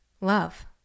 Love